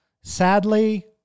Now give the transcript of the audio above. sadly